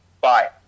bye